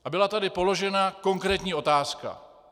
A byla tady položena konkrétní otázka.